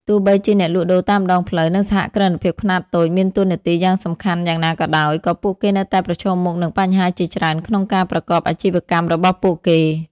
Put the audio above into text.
ទោះបីជាអ្នកលក់ដូរតាមដងផ្លូវ និងសហគ្រិនភាពខ្នាតតូចមានតួនាទីសំខាន់យ៉ាងណាក៏ដោយ ក៏ពួកគេនៅតែប្រឈមមុខនឹងបញ្ហាជាច្រើនក្នុងការប្រកបអាជីវកម្មរបស់ពួកគេ ។